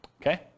Okay